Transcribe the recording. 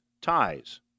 ties